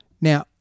Now